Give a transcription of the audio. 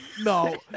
No